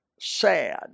sad